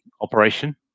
operation